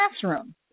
classroom